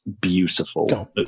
beautiful